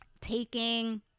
Taking